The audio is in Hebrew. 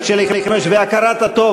תקום,